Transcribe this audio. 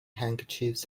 handkerchiefs